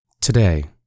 Today